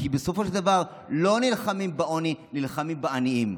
כי בסופו של דבר לא נלחמים בעוני, נלחמים בעניים.